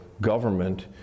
government